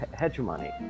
hegemony